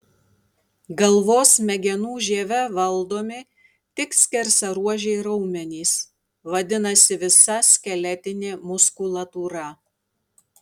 galvos smegenų žieve valdomi tik skersaruožiai raumenys vadinasi visa skeletinė muskulatūra